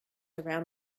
around